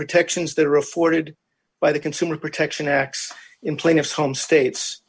protections that are afforded by the consumer protection act in plaintiff's home states